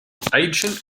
agent